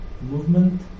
movement